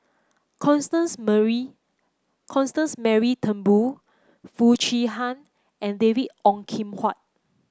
Constance Mary Constance Mary Turnbull Foo Chee Han and David Ong Kim Huat